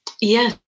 Yes